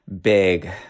big